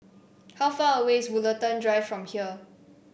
how far away is Woollerton Drive from here